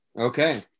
Okay